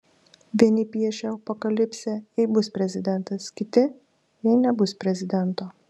vieni piešia apokalipsę jei bus prezidentas kiti jei nebus prezidento